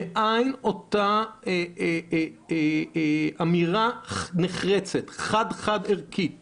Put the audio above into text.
מאין אותה אמירה נחרצת חד-חד-ערכית